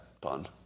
pun